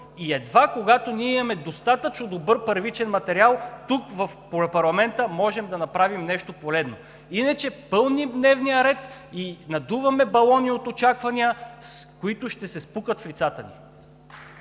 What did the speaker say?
и едва когато ние имаме достатъчно добър първичен материал, тук в парламента можем да направим нещо полезно. Иначе пълним дневния ред и надуваме балони от очаквания, които ще се спукат в лицата ни.